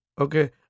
Okay